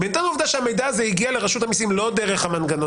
בהינתן העובדה שהמידע הזה הגיע לרשות המסים לא דרך המנגנון